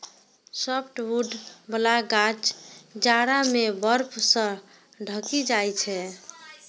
softwood बला गाछ जाड़ा मे बर्फ सं ढकि जाइ छै